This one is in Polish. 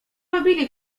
robili